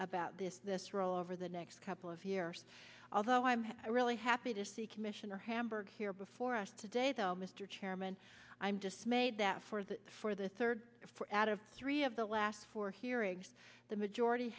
about this this roll over the next couple of years although i'm really happy to see commissioner hamburg here before us today though mr chairman i'm dismayed that for the for the third out of three of the last four hearings the majority